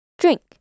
Drink